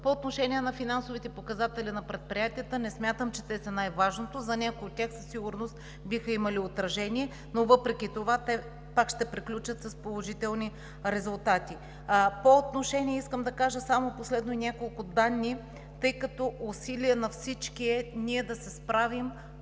По отношение на финансовите показатели на предприятията – не смятам, че те са най-важното. За някои от тях със сигурност биха имали отражение, но въпреки това те пак ще приключат с положителни резултати. Последно, искам да кажа само няколко данни, тъй като усилие на всички е да се справим